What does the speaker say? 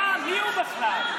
סתם, מי הוא בכלל.